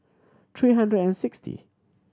three hundred and sixty